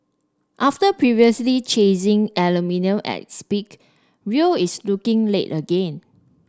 after previously chasing aluminium at its peak Rio is looking late again